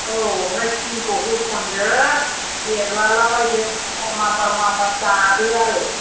औ आमफ्राय सिबिंखौ होसनदो एरलाला बायदो माबार माबार माबार दादो आरो